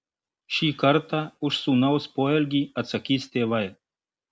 šį kartą už sūnaus poelgį atsakys tėvai